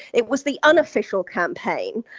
it was the unofficial campaign.